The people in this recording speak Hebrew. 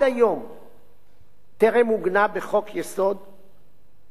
טרם עוגנה בחוק-יסוד ומופיעה, אתם יודעים איפה?